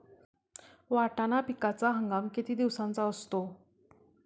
वाटाणा पिकाचा हंगाम किती दिवसांचा असतो?